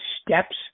steps